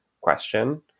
question